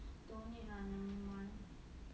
don't need lah never mind